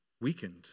weakened